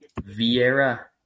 Vieira